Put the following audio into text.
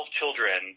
children